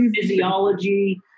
physiology